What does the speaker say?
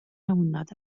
jahrhundert